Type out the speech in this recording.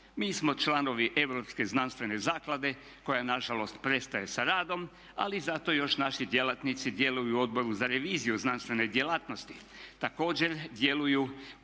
Mi smo članovi Europske znanstvene zaklade koja nažalost prestaje sa radom ali zato još naši djelatnici djeluju u Odbor za reviziju znanstvene djelatnosti. Također djeluju u